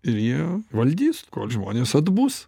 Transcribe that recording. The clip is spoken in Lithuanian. ir jie valdys kol žmonės atbus